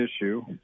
issue